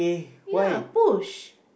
ya push